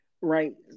right